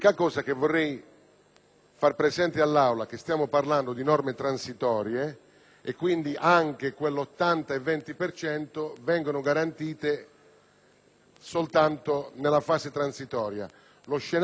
far presente all'Aula è che stiamo parlando di norme transitorie, quindi anche l'80 e il 20 per cento vengono garantiti soltanto nella fase transitoria. Lo scenario finale